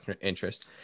interest